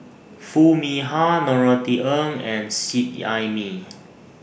Foo Mee Har Norothy Ng and Seet Ai Mee